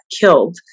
killed